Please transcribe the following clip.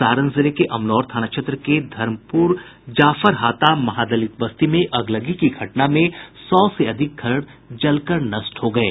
सारण जिले के अमनौर थाना क्षेत्र के धर्मपुर जाफर हाता महादलित बस्ती में अगलगी की घटना में सौ से अधिक घर जलकर नष्ट हो गये